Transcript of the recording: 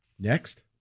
Next